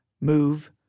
move